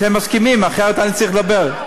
אתם מסכימים, אחרת אני צריך לדבר.